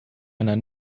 einer